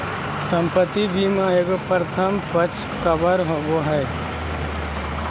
संपत्ति बीमा एगो प्रथम पक्ष कवर होबो हइ